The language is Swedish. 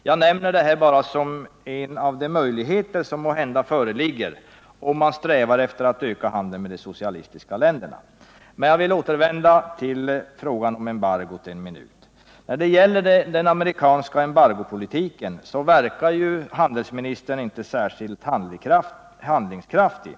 Jag nämner detta som ett exempel på de möjligheter som måhända föreligger, om man strävar efter att öka handeln med de socialistiska länderna. Jag vill sedan för en minut återvända till frågan om embargot. När det gäller den amerikanska embargopolitiken verkar handelsministern inte särskilt handlingskraftig.